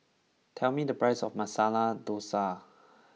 tell me the price of Masala Dosa